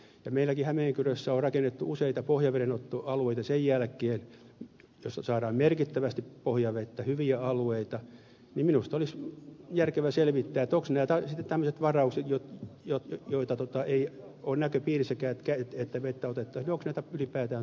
meilläkin hämeenkyrössä on rakennettu sen jälkeen useita pohjavedenottamoalueita joista saadaan merkittävästi pohjavettä hyviä alueita ja minusta olisi järkevää selvittää onko tämmöisiä varauksia ylipäätään tarvetta pitää kun ei ole näköpiirissäkään että vettä otettaisiin